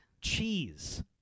Cheese